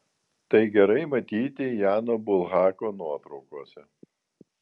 tai gerai matyti jano bulhako nuotraukose